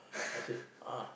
I said ah